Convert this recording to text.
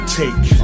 take